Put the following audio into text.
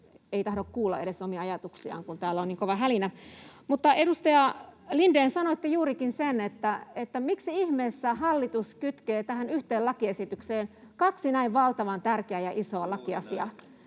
ei tahdo kuulla edes omia ajatuksiaan, kun täällä on niin kova hälinä. Edustaja Lindén, sanoitte juurikin sen, että miksi ihmeessä hallitus kytkee tähän yhteen lakiesitykseen kaksi näin valtavan tärkeää ja isoa lakiasiaa.